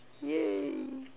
yeah